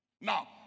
Now